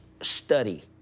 study